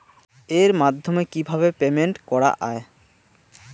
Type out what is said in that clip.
এর মাধ্যমে কিভাবে পেমেন্ট করা য়ায়?